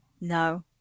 No